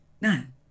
None